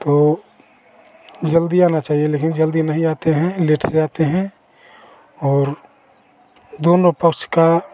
तो जल्दी आना चाहिए लेकिन जल्दी नहीं आते हैं लेट से आते हैं और दोनों पक्ष को